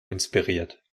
inspiriert